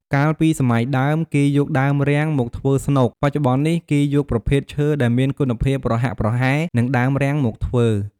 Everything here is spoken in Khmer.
កាលពីសម័យដើម គេយកដើមរាំង មកធ្វើស្នូក បច្ចុប្បន្ននេះគេយកប្រភេទឈើដែលមានគុណភាពប្រហាក់ប្រហែលនឹងដើមរាំងមកធ្វើ ។